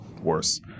worse